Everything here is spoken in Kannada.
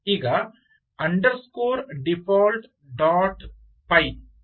ಈಗ underscore default dot P Y default